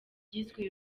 ryiswe